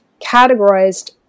categorized